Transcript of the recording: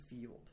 field